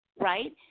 right